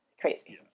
Crazy